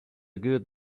good